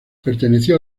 perteneció